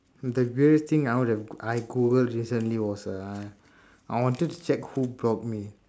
the weirdest thing I would have I Googled recently was uh I wanted to check who block me